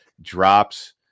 drops